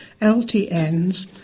LTNs